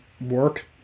work